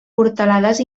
portalades